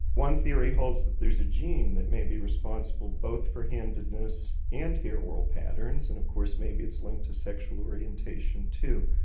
one theory holds there's a gene that may be responsible both for handedness and hair whorl patterns, and of course maybe it's linked to sexual orientation too.